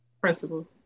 principles